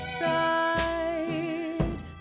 side